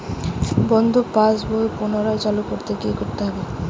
বন্ধ পাশ বই পুনরায় চালু করতে কি করতে হবে?